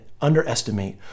underestimate